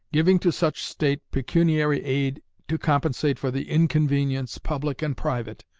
giving to such state pecuniary aid to compensate for the inconvenience, public and private,